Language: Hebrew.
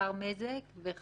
אם הוא גרם לעצמו להשתכר